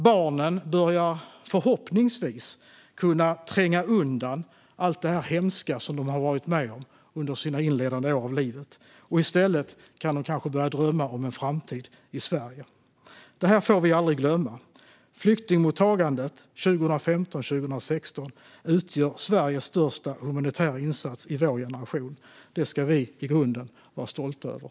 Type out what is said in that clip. Barnen börjar förhoppningsvis kunna tränga undan allt det där hemska som de har varit med om under sina inledande år av livet, och i stället kan de kanske börja drömma om en framtid i Sverige. Det här får vi aldrig glömma. Flyktingmottagandet 2015 och 2016 utgör Sveriges största humanitära insats i vår generation. Det ska vi i grunden vara stolta över.